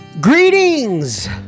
Greetings